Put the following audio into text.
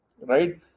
Right